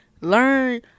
learn